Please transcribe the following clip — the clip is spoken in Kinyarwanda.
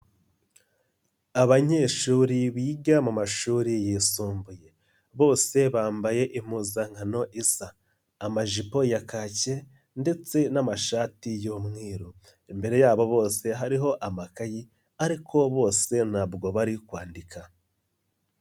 Abanyeshuri biga mu mashuri yisumbuye, bose bambaye impuzankano isa amajipo ya kake ndetse n'amashati y'umweru, imbere yabo bose hariho amakayi ariko bose ntabwo bari kwandika.